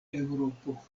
eŭropo